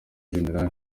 gen